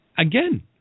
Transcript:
Again